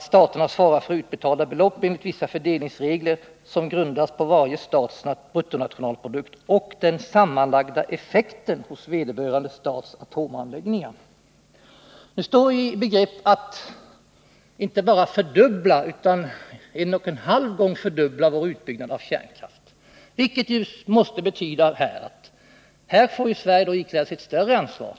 ”Staterna svarar för utbetalda belopp enligt vissa fördelningsregler som grundas på varje stats bruttonationalprodukt och den sammanlagda effekten hos vederbörande stats atomanläggningar.” Vi står nu i begrepp inte bara att fördubbla vår kärnkraftsutbyggnad utan öka den med en faktor av en och en halv, och detta betyder att Sverige får ikläda sig ett större ansvar.